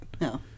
No